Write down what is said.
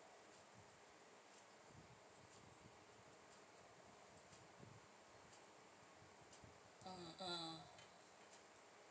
mm mm